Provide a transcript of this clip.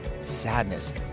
sadness